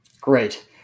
great